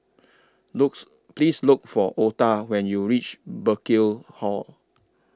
looks Please Look For Otha when YOU REACH Burkill Hall